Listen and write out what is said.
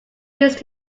used